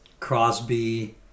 Crosby